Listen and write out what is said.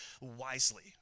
wisely